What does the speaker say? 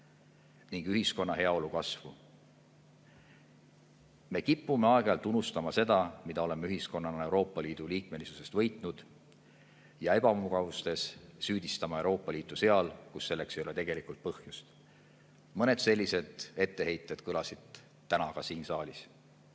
ning ühiskonna heaolu kasvu. Me kipume aeg-ajalt unustama seda, mida oleme ühiskonnana Euroopa Liidu liikmesusest võitnud, ja ebamugavustes süüdistame Euroopa Liitu seal, kus selleks ei ole tegelikult põhjust. Mõned sellised etteheited kõlasid täna ka siin saalis.